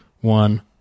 one